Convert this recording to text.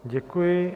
Děkuji.